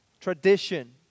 tradition